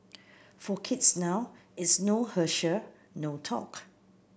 for kids now it's no Herschel no talk